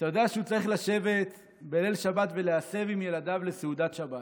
כשאתה יודע שהוא צריך לשבת בליל שבת ולהסב עם ילדיו לסעודת שבת